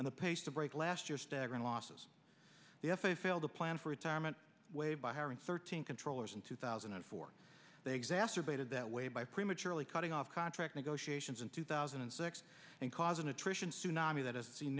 and the pace to break last year staggering losses the f a a failed to plan for retirement by hiring thirteen controllers in two thousand and four they exacerbated that way by prematurely cutting off contract negotiations in two thousand and six and cause an attrition tsunami that has seen